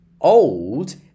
old